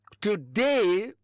Today